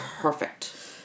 perfect